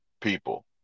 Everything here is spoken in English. people